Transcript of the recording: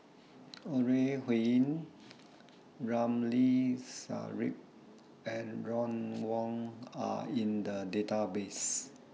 Ore Huiying Ramli Sarip and Ron Wong Are in The Database